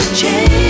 change